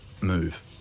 move